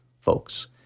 folks